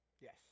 Yes